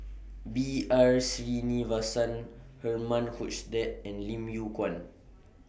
B R Sreenivasan Herman Hochstadt and Lim Yew Kuan